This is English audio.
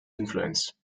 influence